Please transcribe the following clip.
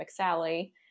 McSally